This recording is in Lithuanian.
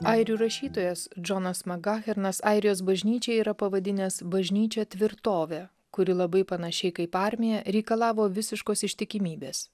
airių rašytojas džonas magafernas airijos bažnyčią yra pavadinęs bažnyčia tvirtove kuri labai panašiai kaip armija reikalavo visiškos ištikimybės